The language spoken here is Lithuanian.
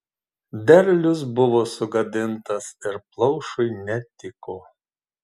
derlius buvo sugadintas ir plaušui netiko